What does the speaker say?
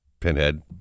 pinhead